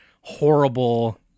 horrible